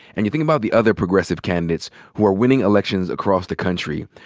and you think about the other progressive candidates who are winning elections across the country,